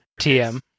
TM